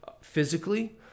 physically